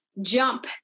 jump